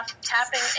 tapping